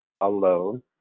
alone